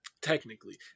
Technically